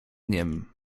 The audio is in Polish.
niem